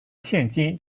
现今